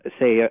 say